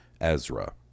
Ezra